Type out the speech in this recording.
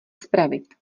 spravit